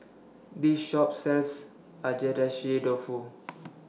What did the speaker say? This Shop sells Agedashi Dofu